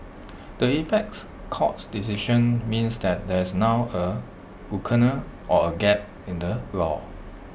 the apex court's decision means that there is now A lacuna or A gap in the law